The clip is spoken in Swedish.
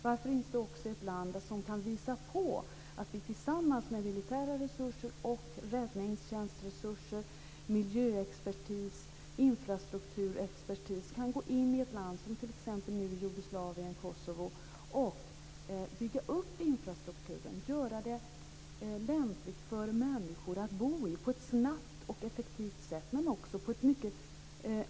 Varför kan inte Sverige också vara ett land som visar att man med militära resurser, räddningstjänstresurser, miljöexpertis och infrastrukturexpertis kan gå in i ett land, t.ex. i Kosovo i Jugoslavien, och bygga upp infrastrukturen? Det handlar om att göra det lämpligt för människor att bo där på ett snabbt och effektivt sätt men också med goda kunskaper.